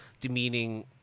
demeaning